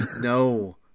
No